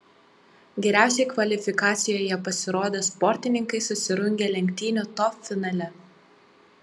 geriausiai kvalifikacijoje pasirodę sportininkai susirungė lenktynių top finale